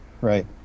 right